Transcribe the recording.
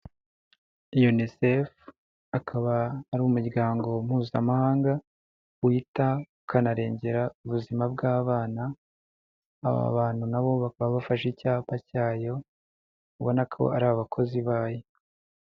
Unicef akaba ari umuryango mpuzamahanga wita ukanarengera ubuzima bw'abana, aba bantu nabo bakaba bafashe icyapa cyayo, ubona ko ari abakozi bayo.